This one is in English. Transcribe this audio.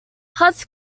huts